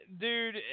Dude